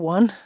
One